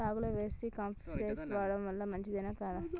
సాగులో vermicompost వాడటం మంచిదే కదా?